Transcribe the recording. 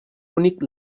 únic